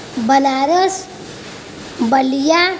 Banaras Ballia